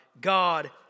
God